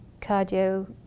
cardio